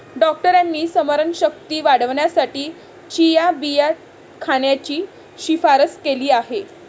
डॉक्टरांनी स्मरणशक्ती वाढवण्यासाठी चिया बिया खाण्याची शिफारस केली आहे